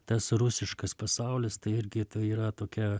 tas rusiškas pasaulis tai irgi yra tokia